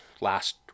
last